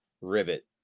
rivet